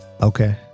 Okay